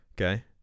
Okay